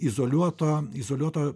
izoliuoto izoliuoto